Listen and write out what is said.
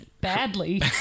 badly